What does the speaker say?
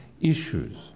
issues